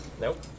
Nope